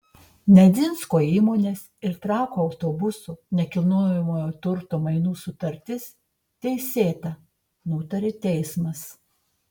nedzinsko įmonės ir trakų autobusų nekilnojamojo turto mainų sutartis teisėta nutarė teismas